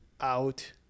out